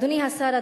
אדוני השר,